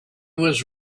was